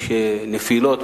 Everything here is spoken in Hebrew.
יש נפילות,